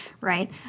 right